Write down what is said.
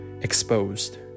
exposed